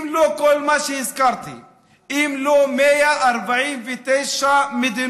אם לא כל מה שהזכרתי, אם לא 149 מדינות